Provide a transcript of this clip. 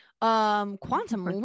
Quantum